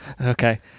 okay